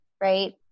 right